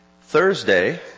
Thursday